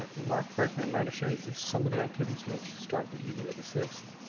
and mark correct me and my understanding is this, some of the activities may start the evening of the sixth?